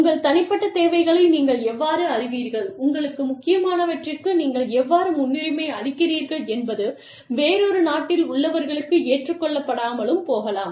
உங்கள் தனிப்பட்ட தேவைகளை நீங்கள் எவ்வாறு அறிவீர்கள் உங்களுக்கு முக்கியமானவற்றிற்கு நீங்கள் எவ்வாறு முன்னுரிமை அளிக்கிறீர்கள் என்பது வேறொரு நாட்டில் உள்ளவர்களுக்கு ஏற்றுக்கொள்ளப்படாமல் போகலாம்